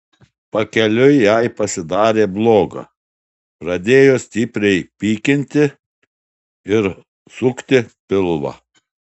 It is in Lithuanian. pakeliui jai pasidarė bloga pradėjo stipriai pykinti ir sukti pilvą